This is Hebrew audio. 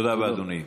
תודה רבה, אדוני.